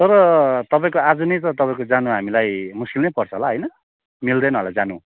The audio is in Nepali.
तर तपाईँको आज नै त तपाईँको जानु हामीलाई मुस्किल नै त पर्छ होला होइन मिल्दैन होला जानु